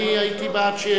אני הייתי בעד,